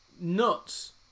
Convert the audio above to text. nuts